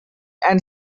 and